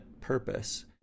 purpose